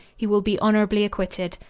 he will be honorably acquitted.